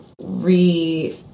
re